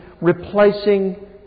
replacing